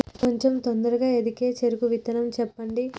కొంచం తొందరగా ఎదిగే చెరుకు విత్తనం చెప్పండి?